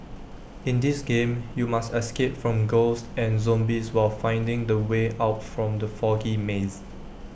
in this game you must escape from ghosts and zombies while finding the way out from the foggy maze